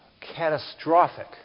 catastrophic